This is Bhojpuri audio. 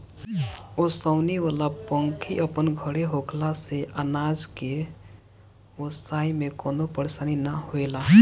ओसवनी वाला पंखी अपन घरे होखला से अनाज के ओसाए में कवनो परेशानी ना होएला